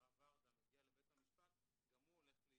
שתיארה ורדה מגיע לבית המשפט, גם הוא הולך לאיבוד.